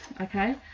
okay